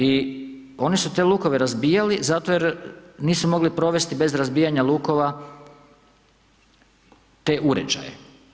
I oni su te lukove razbijali zato jer nisu mogli provesti bez razbijanja lukova te uređaje.